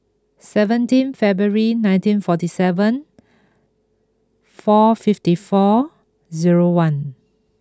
seventeen February nineteen forty seven four fifty four zero one